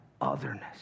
otherness